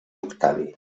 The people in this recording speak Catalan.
octavi